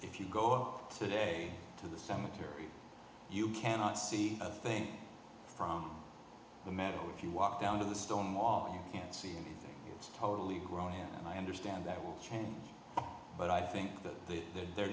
if you go today to the cemetery you cannot see a thing from the matter if you walk down to the stone wall you can't see anything it's totally grown and i understand that will change but i think that there